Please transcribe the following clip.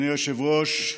אדוני היושב-ראש,